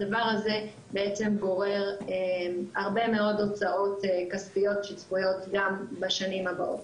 הדבר הזה בעצם גורר הרבה מאוד הוצאות כספיות שצפויות גם בשנים הבאות.